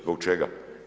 Zbog čega?